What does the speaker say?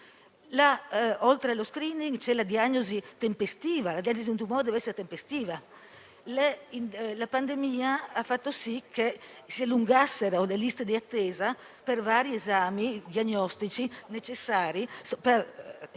Oltre allo *screening*, anche la diagnosi di un tumore deve essere tempestiva. La pandemia ha fatto sì che si allungassero le liste di attesa per vari esami diagnostici necessari per